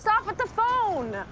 so with the phone?